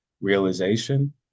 realization